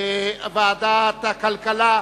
49,